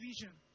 vision